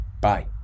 Bye